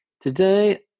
Today